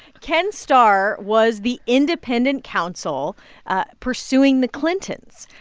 ken starr was the independent counsel pursuing the clintons.